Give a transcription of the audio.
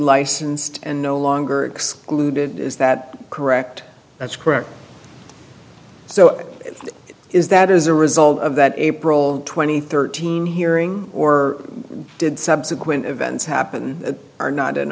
licensed and no longer excluded is that correct that's correct so is that as a result of that april twenty third team hearing or did subsequent events happen that are not in